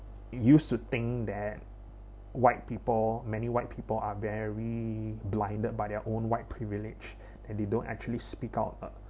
used to think that white people many white people are very blinded by their own white privilege and they don't actually speak out